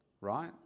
right